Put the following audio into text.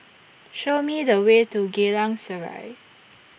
Show Me The Way to Geylang Serai